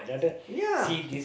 ya